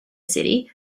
city